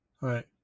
Right